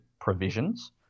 provisions